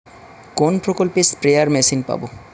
কোন প্রকল্পে spare machine পাব?